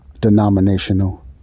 denominational